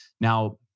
Now